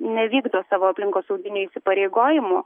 nevykdo savo aplinkosauginių įsipareigojimų